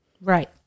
Right